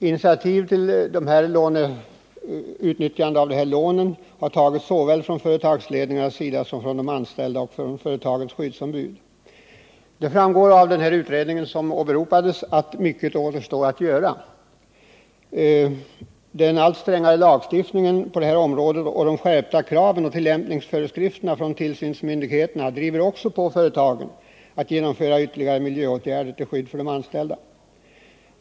Initiativ till utnyttjande av dessa lån har tagits såväl från företagsledarnas sida som av de anställda genom företagens skyddsombud. Det framgår av den utredning som åberopades att mycket återstår att göra. Den allt strängare lagstiftningen på detta område och de alltmer skärpta kraven och tillämpningsföreskrifterna från tillsynsmyndigheterna driver också på företagen att vidtaga ytterligare miljöåtgärder för de anställda.